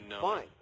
fine